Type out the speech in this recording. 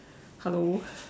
hello